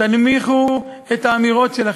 תנמיכו את האמירות שלכם.